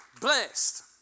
Blessed